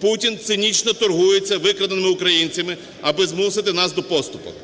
Путін цинічно торгується викраденими українцями, аби змусити нас о поступок.